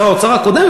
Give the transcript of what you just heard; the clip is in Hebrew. שר האוצר הקודם,